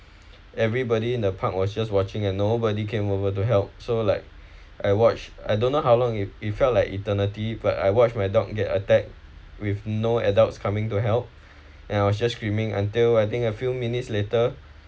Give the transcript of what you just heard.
everybody in the park was just watching and nobody came over to help so like I watch I don't know how long you you felt like eternity but I watched my dog get attacked with no adults coming to help and I was just screaming until I think a few minutes later